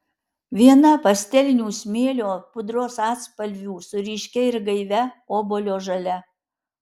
viena pastelinių smėlio pudros atspalvių su ryškia ir gaivia obuolio žalia